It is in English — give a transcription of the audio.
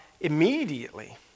immediately